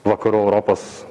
vakarų europos